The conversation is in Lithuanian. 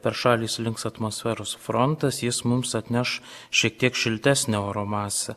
per šalį slinks atmosferos frontas jis mums atneš šiek tiek šiltesnio oro masę